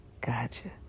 gotcha